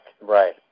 Right